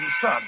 son